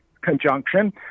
conjunction